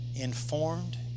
informed